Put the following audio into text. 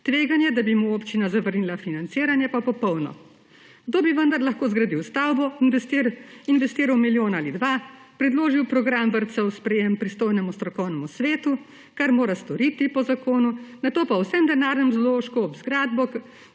tveganje, da bi mu občina zavrnila financiranje, pa popolno. Kdo bi vendar lahko zgradil stavbo, investiral milijon ali dva, predložil program vrtca v sprejetje pristojnemu strokovnemu svetu, kar mora storiti po zakonu, nato pa ob vsem denarnem vložku v zgradbo,